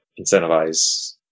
incentivize